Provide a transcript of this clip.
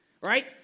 Right